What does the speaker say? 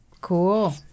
cool